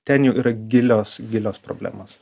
ten jau yra gilios gilios problemos